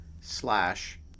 slash